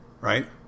Right